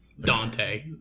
Dante